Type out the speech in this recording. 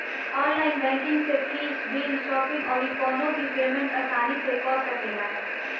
online banking से fees, bill, shopping अउरी कवनो भी पेमेंट आसानी से कअ सकेला